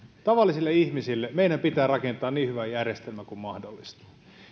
tavallisille ihmisille meidän pitää rakentaa niin hyvä järjestelmä kuin mahdollista